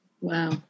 Wow